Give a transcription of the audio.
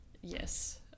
yes